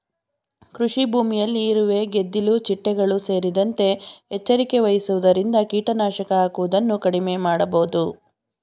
ಕೃಷಿಭೂಮಿಯಲ್ಲಿ ಇರುವೆ, ಗೆದ್ದಿಲು ಚಿಟ್ಟೆಗಳು ಸೇರಿದಂತೆ ಎಚ್ಚರಿಕೆ ವಹಿಸುವುದರಿಂದ ಕೀಟನಾಶಕ ಹಾಕುವುದನ್ನು ಕಡಿಮೆ ಮಾಡಬೋದು